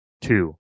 two